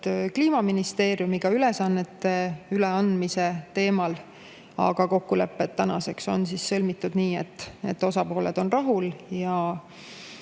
Kliimaministeeriumiga ülesannete üleandmise teemal, aga kokkulepped on tänaseks sõlmitud nii, et osapooled on rahul.